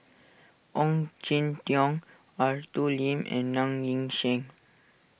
Ong Jin Teong Arthur Lim and Ng Yi Sheng